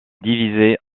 divisé